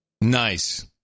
Nice